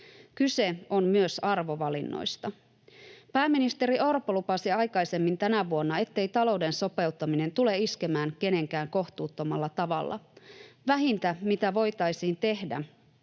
Kyse on myös arvovalinnoista. Pääministeri Orpo lupasi aikaisemmin tänä vuonna, ettei talouden sopeuttaminen tule iskemään keneenkään kohtuuttomalla tavalla. Vähintä, mitä voitaisiin tehdä,